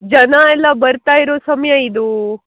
ಜನ ಎಲ್ಲ ಬರ್ತಾ ಇರೋ ಸಮಯ ಇದು